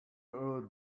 old